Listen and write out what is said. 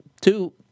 two